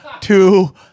two